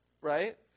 right